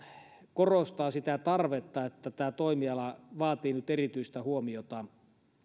korostaa sitä tarvetta että tämä toimiala vaatii nyt erityistä huomiota